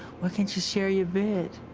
what can't you share your bed?